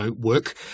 work